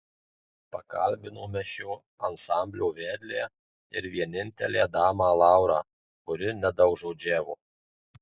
pakalbinome šio ansamblio vedlę ir vienintelę damą laurą kuri nedaugžodžiavo